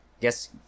Yes